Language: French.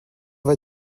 vas